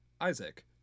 Isaac